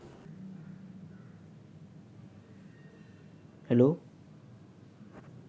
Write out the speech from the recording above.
गुंतवणूकनी यवहार्यता वयखाना करता भांडवली बजेटमझार एम.आय.सी.आर ना वापर करतंस